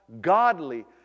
godly